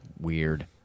weird